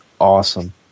awesome